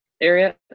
area